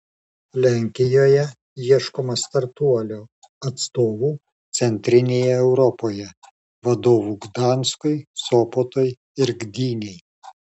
lenkijoje ieškoma startuolio atstovų centrinėje europoje vadovų gdanskui sopotui ir gdynei